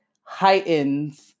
heightens